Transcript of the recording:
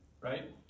right